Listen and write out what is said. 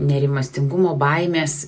nerimastingumo baimės